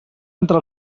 entre